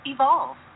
Evolve